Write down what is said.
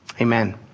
Amen